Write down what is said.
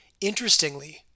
Interestingly